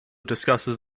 discusses